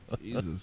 Jesus